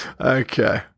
Okay